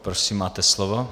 Prosím, máte slovo.